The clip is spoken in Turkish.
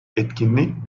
etkinlik